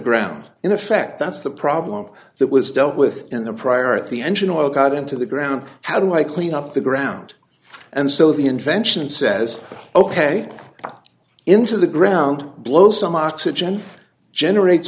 ground in effect that's the problem that was dealt with in the prior at the engine oil got into the ground how do i clean up the ground and so the invention says ok into the ground blow some oxygen generate